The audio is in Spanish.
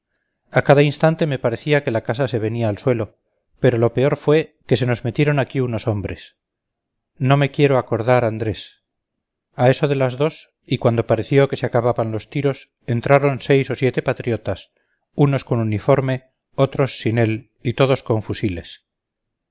a cada instante me parecía que la casa se venía al suelo pero lo peor fue que se nos metieron aquí unos hombres no me quiero acordar andrés a eso de las dos y cuando pareció que se acababan los tiros entraron seis o siete patriotas unos con uniforme otros sin él y todos con fusiles